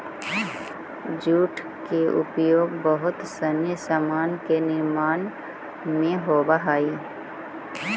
jute के उपयोग बहुत सनी सामान के निर्माण में होवऽ हई